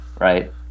Right